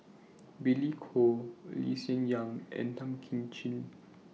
Billy Koh Lee Hsien Yang and Tan Kim Ching